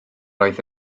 oedd